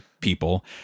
people